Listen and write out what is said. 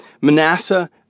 Manasseh